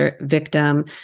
victim